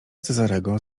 cezarego